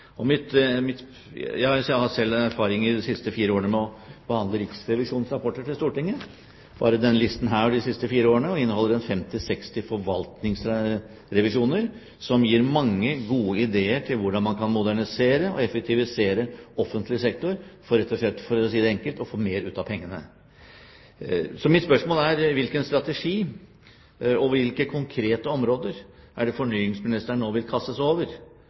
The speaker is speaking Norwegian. Jeg har selv erfaring de siste fire årene med å behandle Riksrevisjonens rapporter til Stortinget. Bare denne listen jeg har her over de siste fire årene, inneholder 50–60 forvaltningsrevisjoner som gir mange gode ideer til hvordan man kan modernisere og effektivisere offentlig sektor for, for å si det enkelt, å få mer ut av pengene. Så mitt spørsmål er: Hvilken strategi og hvilke konkrete områder vil fornyingsministeren nå kaste seg over